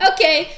Okay